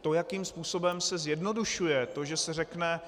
To, jakým způsobem se zjednodušuje, to, že se řekne,